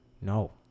No